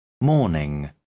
Morning